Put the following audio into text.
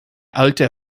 alte